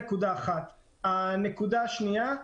נקודה שניה,